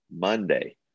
Monday